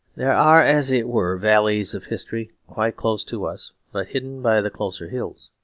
there are, as it were, valleys of history quite close to us, but hidden by the closer hills.